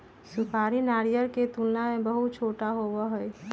सुपारी नारियल के तुलना में बहुत छोटा होबा हई